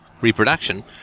reproduction